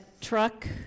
truck